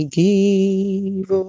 give